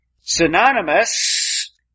Synonymous